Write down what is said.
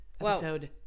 Episode